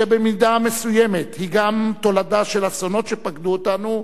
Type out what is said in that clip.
שבמידה מסוימת היא גם תולדה של אסונות שפקדו אותנו,